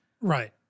Right